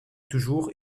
toujours